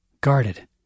guarded